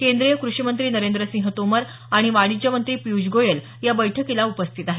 केंद्रीय कृषी मंत्री नरेंद्र सिंह तोमर आणि वाणिज्य मंत्री पियुष गोयल या बैठकीला उपस्थित आहेत